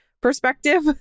perspective